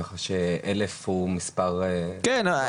כך ש-1,000 הוא מספר --- כן,